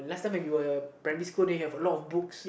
last time when you were primary school then you have a lot of books